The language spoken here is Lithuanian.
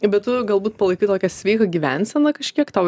be tu galbūt palaikai tokią sveiką gyvenseną kažkiek tau